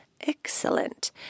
Excellent